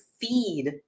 feed